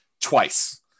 twice